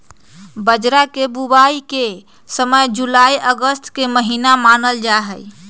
बाजरा के बुवाई के समय जुलाई अगस्त के महीना मानल जाहई